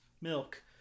milk